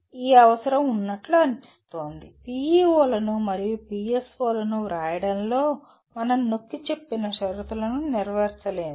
ఈ అవసరం ఉన్నట్లు అనిపిస్తోంది PEO లు మరియు PSO లను వ్రాయడంలో మనం నొక్కిచెప్పిన షరతులను నెరవేర్చలేదు